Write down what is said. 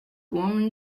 woman